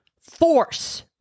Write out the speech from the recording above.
force